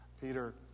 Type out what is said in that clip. Peter